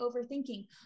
overthinking